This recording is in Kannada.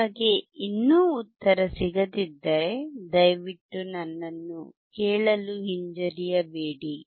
ನಿಮಗೆ ಇನ್ನೂ ಉತ್ತರ ಸಿಗದಿದ್ದರೆ ದಯವಿಟ್ಟು ನನ್ನನ್ನು ಕೇಳಲು ಹಿಂಜರಿಯಬೇಡಿ